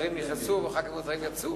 מוזרים נכנסו וחברי כנסת מוזרים יצאו.